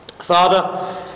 Father